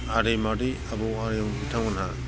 आदै मादै आबौ आरि बिथांमोनहा